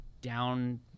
down